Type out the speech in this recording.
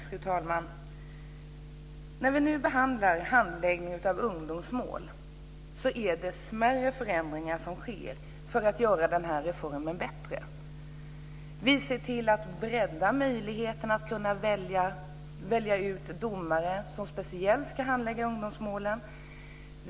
Fru talman! När vi nu behandlar handläggningen av ungdomsmål är det smärre förändringar som sker för att göra reformen bättre. Vi ser till att bredda möjligheterna att kunna välja ut domare som speciellt ska handlägga ungdomsmålen.